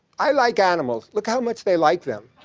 i like animals! look how much they like them.